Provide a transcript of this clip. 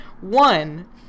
One